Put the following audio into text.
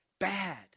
bad